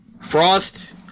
Frost